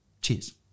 Cheers